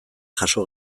jaso